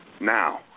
Now